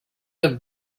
have